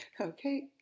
Okay